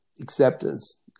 acceptance